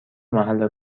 محل